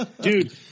Dude